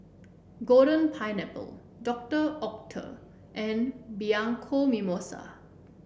Golden Pineapple Doctor Oetker and Bianco Mimosa